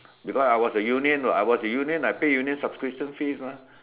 because I was a union I was a union I paid union subscription fees mah